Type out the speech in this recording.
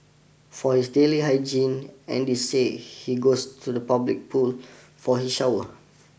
for his daily hygiene Andy say he goes to a public pool for his shower